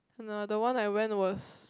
no the one I went was